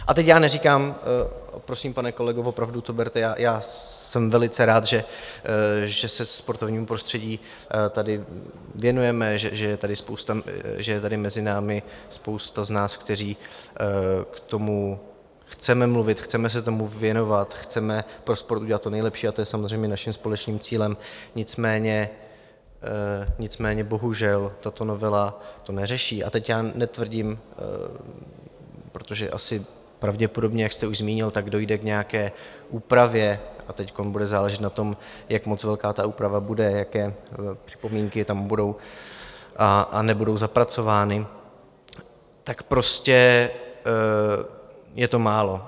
A teď já neříkám a prosím, pane kolego, opravdu to berte, já jsem velice rád, že se sportovnímu prostředí tady věnujeme, že je tady mezi námi spousta z nás, kteří k tomu chceme mluvit, chceme se tomu věnovat, chceme pro sport udělat to nejlepší, a to je samozřejmě naším společným cílem, nicméně bohužel tato novela to neřeší a teď já netvrdím protože asi pravděpodobně, jak jste už zmínil, dojde k nějaké úpravě, a teď bude záležet na tom, jak moc velká ta úprava bude, jaké připomínky tam budou a nebudou zapracovány tak prostě je to málo.